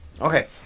Okay